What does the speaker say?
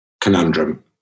conundrum